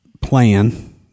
plan